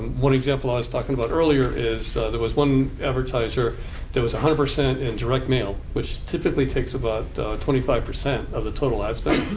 one example i was talking about earlier is there was one advertiser that was a hundred percent in direct mail, which typically takes about twenty five percent of the total ad spend.